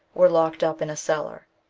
were locked up in a cellar.